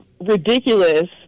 ridiculous